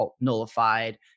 nullified